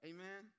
Amen